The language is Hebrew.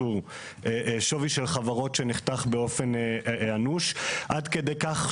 היצרנים לבין חברי הכנסת לבין השרים לבין נציגי